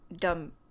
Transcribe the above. dumb